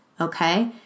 okay